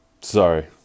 Sorry